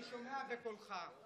אני שומע בקולך.